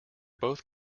both